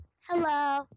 Hello